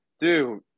dude